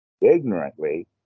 ignorantly